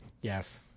Yes